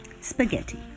spaghetti